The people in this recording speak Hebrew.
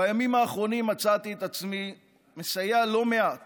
בימים האחרונים מצאתי את עצמי מסייע לא מעט